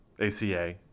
ACA